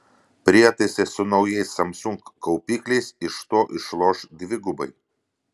prietaisai su naujais samsung kaupikliais iš to išloš dvigubai